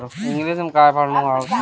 तोरई किस प्रकार की फसल है?